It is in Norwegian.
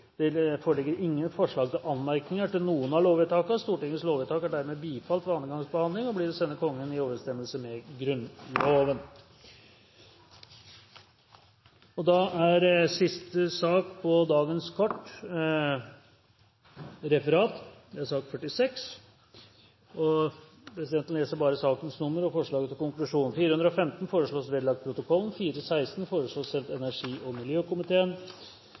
Det foreligger ingen forslag til anmerkninger til noen av lovvedtakene. Stortingets lovvedtak er dermed bifalt ved annen gangs behandling og blir å sende Kongen i overensstemmelse med Grunnloven. Dermed er dagens kart ferdigbehandlet. Forlanger noen ordet før møtet heves? – Møtet er